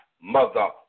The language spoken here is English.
Mother